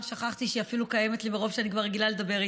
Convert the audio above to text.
אפילו שכחתי שהיא קיימת אצלי מרוב שאני כבר רגילה לדבר איתה.